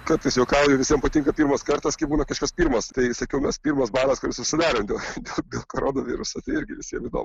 kartais juokauju visiem patinka pirmas kartas kai būna kažkas pirmas tai sakiau mes pirmas darbas kuris užsidarė dėl dėl dėl koronaviruso tai irgi visiem įdomu